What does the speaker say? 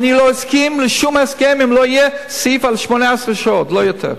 אני לא אסכים לשום הסכם אם לא יהיה סעיף על 18 שעות ולא יותר.